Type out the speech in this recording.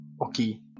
Okay